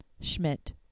Schmidt